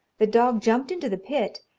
the dog jumped into the pit,